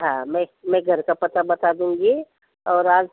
हाँ मैं मैं घर का पता दूँगी और आज